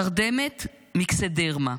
תרדמת מיקסדמה,